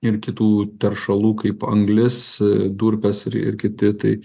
ir kitų teršalų kaip anglis durpės ir ir kiti tai